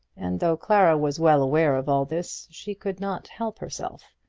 and though clara was well aware of all this, she could not help herself.